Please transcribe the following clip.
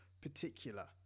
particular